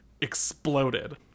exploded